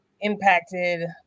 impacted